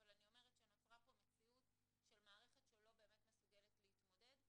אבל אני אומרת שנוצרה פה מציאות של מערכת שלא באמת מסוגלת להתמודד.